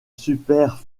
super